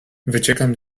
wyciekam